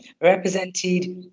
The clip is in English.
represented